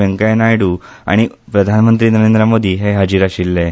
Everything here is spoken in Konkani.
वैकय्या नायड्र आनी प्रधानमंत्री नरेंद्र मोदी हे हाजीर आशिल्लें